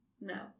No